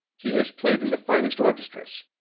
he has played in the finest orchestras.